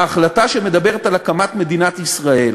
ההחלטה שמדברת על הקמת מדינת ישראל